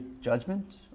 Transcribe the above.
judgment